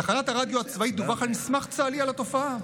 בתחנת הרדיו הצבאית דווח על מסמך צה"לי על התופעה.